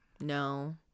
No